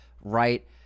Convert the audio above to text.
right